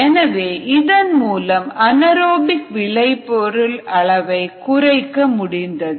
எனவே இதன் மூலம் அனேறோபிக் விளைபொருள் அளவை குறைக்க முடிந்தது